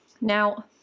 Now